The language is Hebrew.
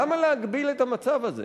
למה להגביל את המצב הזה?